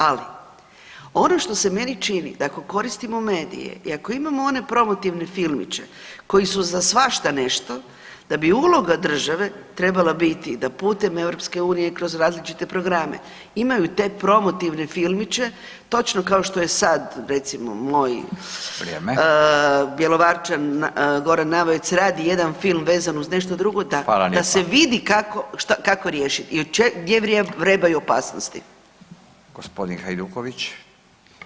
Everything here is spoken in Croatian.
Ali ono što se meni čini da ako koristimo medije i ako imamo one promotivne filmiće koji su za svašta nešto da bi uloga države trebala biti da putem EU kroz različite programe imaju te promotivne filmiće, točno kao što je sad recimo moj [[Upadica Radin: Hvala, vrijeme.]] Bjelovarčanin Goran Navojec radi jedan film vezan uz nešto drugo [[Upadica Radin: Hvala lijepa.]] da se vidi kako riješiti i gdje vrebaju opasnosti.